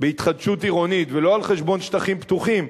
בהתחדשות עירונית, ולא על חשבון שטחים פתוחים.